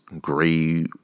gray